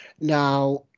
Now